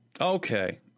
Okay